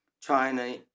China